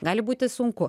gali būti sunku